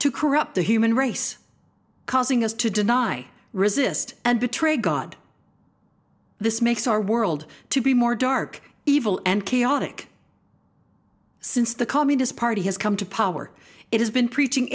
to corrupt the human race causing us to deny resist and betray god this makes our world to be more dark evil and chaotic since the communist party has come to power it has been preaching